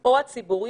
או הציבורי,